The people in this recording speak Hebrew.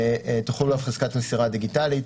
ותחול עליו חזקת מסירה דיגיטלית,